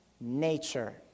nature